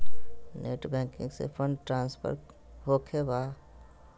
Net banking से fund transfer होखें बा?